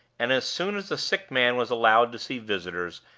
and, as soon as the sick man was allowed to see visitors,